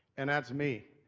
and that's me.